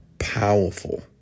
powerful